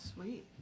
Sweet